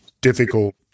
difficult